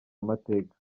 amateka